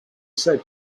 said